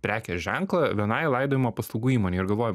prekės ženklą vienai laidojimo paslaugų įmonei ir galvoju